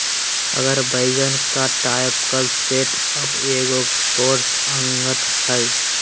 उगर वैगन का typical setup एगो कोर्स अंगठ हइ